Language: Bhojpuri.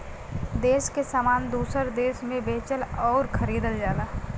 देस के सामान दूसर देस मे बेचल अउर खरीदल जाला